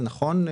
זה נכון,